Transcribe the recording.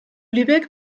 lübeck